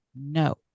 no